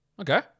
Okay